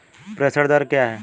प्रेषण दर क्या है?